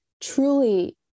truly